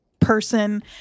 person